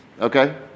okay